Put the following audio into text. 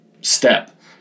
step